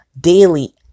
daily